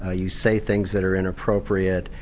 ah you say things that are inappropriate,